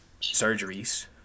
surgeries